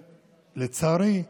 לצערי,